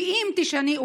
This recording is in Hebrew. ואם תשתני,